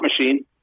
machine